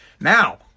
Now